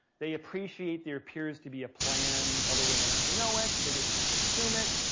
they appreciate there appears to be a plan. although they may not know it. they just kind of assume it.